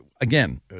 again